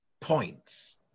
Points